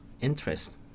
interest